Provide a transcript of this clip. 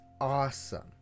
awesome